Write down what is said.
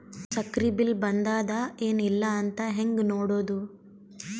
ಸಕ್ರಿ ಬಿಲ್ ಬಂದಾದ ಏನ್ ಇಲ್ಲ ಅಂತ ಹೆಂಗ್ ನೋಡುದು?